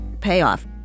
payoff